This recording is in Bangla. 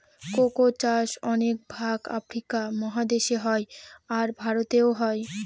কোকো চাষ অনেক ভাগ আফ্রিকা মহাদেশে হয়, আর ভারতেও হয়